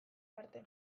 parte